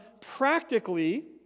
practically